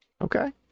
Okay